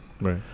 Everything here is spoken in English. Right